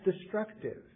destructive